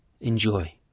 Enjoy